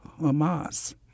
Hamas